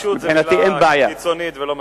"טיפשות" היא מלה קיצונית ולא מקובלת.